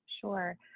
Sure